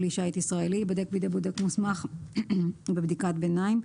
כלי שיט ישראלי ייבדק בידי בודק מוסמך בבדיקת ביניים,